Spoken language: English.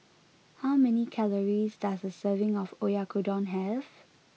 how many calories does a serving of Oyakodon have